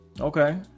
okay